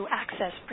access